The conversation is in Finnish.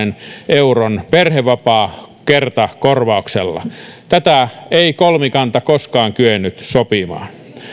euron perhevapaakertakorvauksella tätä ei kolmikanta koskaan kyennyt sopimaan